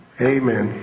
Amen